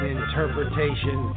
interpretation